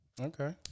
Okay